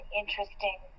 interesting